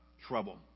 trouble